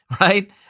right